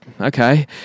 okay